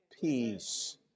peace